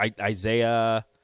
isaiah